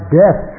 death